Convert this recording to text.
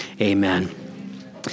Amen